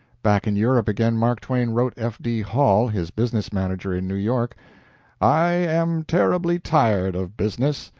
back in europe again, mark twain wrote f. d. hall, his business manager in new york i am terribly tired of business.